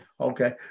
Okay